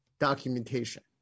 Documentation